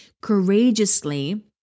courageously